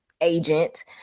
agent